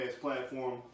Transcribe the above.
platform